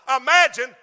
Imagine